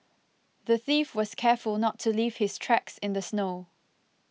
the thief was careful not to leave his tracks in the snow